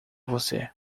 você